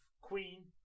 Queen